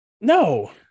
no